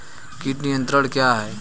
कीट नियंत्रण क्या है?